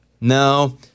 No